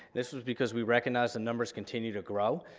this is because we recognize the numbers continue to grow.